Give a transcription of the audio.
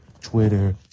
Twitter